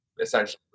essentially